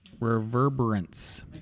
Reverberance